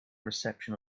reception